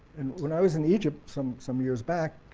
when i was in egypt some some years back,